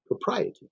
propriety